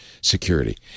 security